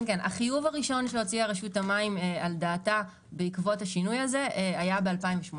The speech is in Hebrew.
החיוב הראשון שהוציאה רשות המים על דעתה בעקבות השינוי הזה היה ב-2018.